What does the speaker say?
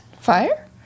Fire